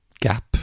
gap